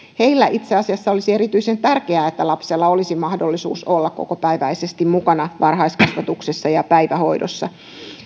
itse asiassa olisi erityisen tärkeää että lapsella olisi mahdollisuus olla kokopäiväisesti mukana varhaiskasvatuksessa ja päivähoidossa